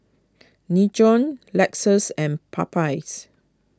Nin Jiom Lexus and Popeyes